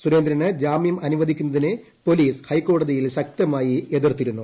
സുരേന്ദ്രന് ജാമ്യം അനുവദിക്കുന്നതിനെ പോലീസ് ഹൈക്കോടതിയിൽ ശക്തമായി എതിർത്തിരുന്നു